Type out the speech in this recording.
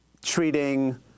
Treating